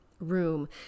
room